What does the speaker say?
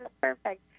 perfect